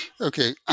Okay